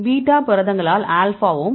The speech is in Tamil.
பீட்டா புரதங்களால் ஆல்பாவும்